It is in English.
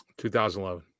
2011